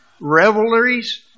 revelries